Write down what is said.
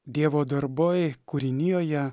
dievo darbai kūrinijoje